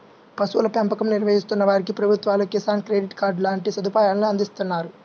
పశువుల పెంపకం నిర్వహిస్తున్న వారికి ప్రభుత్వాలు కిసాన్ క్రెడిట్ కార్డు లాంటి సదుపాయాలను అందిస్తున్నారు